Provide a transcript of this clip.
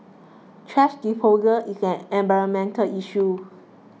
thrash disposal is an environmental issue